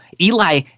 Eli